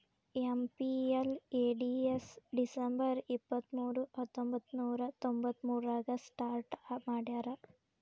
MPLADS December ಇಪ್ಪತ್ಮೂರು ಹತ್ತೊಂಬಂತ್ತನೂರ ತೊಂಬತ್ತಮೂರಾಗ ಸ್ಟಾರ್ಟ್ ಮಾಡ್ಯಾರ